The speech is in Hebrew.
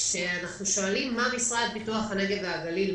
כשאנחנו שואלים מה הייעוד של המשרד לפיתוח הנגב והגליל,